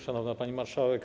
Szanowna Pani Marszałek!